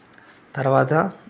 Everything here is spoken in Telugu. తరవాత